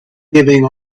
giving